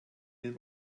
den